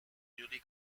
newly